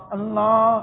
Allah